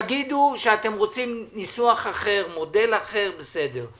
תגידו שאתם רוצים ניסוח אחר, מודל אחר בסדר.